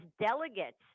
delegates